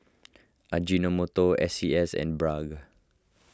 Ajinomoto S C S and Bragg